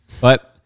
but-